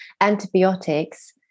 antibiotics